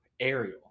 Ariel